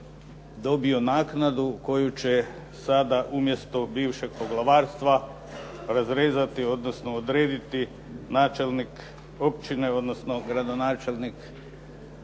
dobiju naknadu koju će sada umjesto bivšeg poglavarstva razrezati odnosno odrediti načelnik općine odnosno gradonačelnik